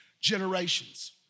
generations